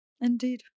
Indeed